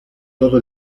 todo